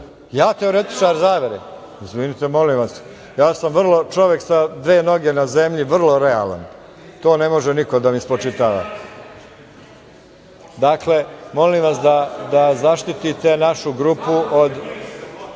Ja teoretičar zavere? Izvinite, molim vas. Ja sam normalan čovek sa dve noge na zemlji, vrlo realan. To ne može niko da mi spočitava. Dakle, molim vas da zaštite našu grupu od